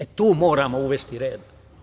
E, tu moramo uvesti red.